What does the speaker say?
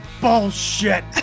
bullshit